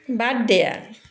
বাদ দিয়া